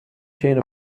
chain